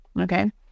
okay